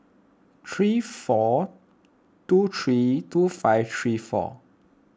three four two three two five three four